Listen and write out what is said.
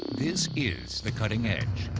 this is the cutting edge.